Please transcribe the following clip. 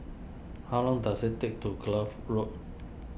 how long does it take to Kloof Road